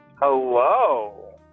Hello